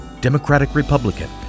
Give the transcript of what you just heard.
Democratic-Republican